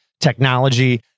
technology